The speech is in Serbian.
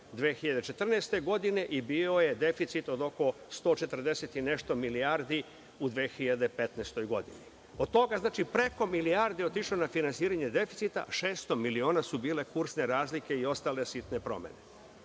2014. godine i bio je deficit od oko 140 i nešto milijardi u 2015. godini. Od toga preko milijardu je otišlo na finansiranje deficita, 600 miliona su bile kursne razlike i ostale sitne promene. To